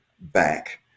back